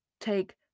take